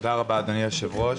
תודה רבה, אדוני היושב-ראש.